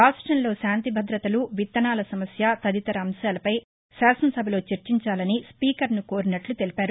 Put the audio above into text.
రాష్టంలో శాంతి భదతలు విత్తనాల సమస్య తదితర అంశాలపై శాసనసభలో చర్చించాలని స్పీకర్ను కోరినట్లు తెలిపారు